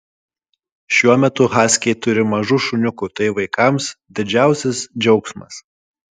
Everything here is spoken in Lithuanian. šiuo metu haskiai turi mažų šuniukų tai vaikams didžiausias džiaugsmas